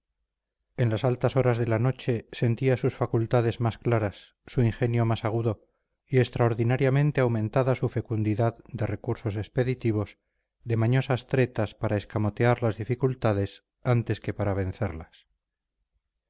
en las altas horas de la noche sentía sus facultades más claras su ingenio más agudo y extraordinariamente aumentada su fecundidad de recursos expeditivos de mañosas tretas para escamotear las dificultades antes que para vencerlas